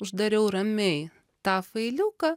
uždariau ramiai tą failiuką